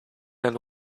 and